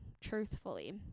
truthfully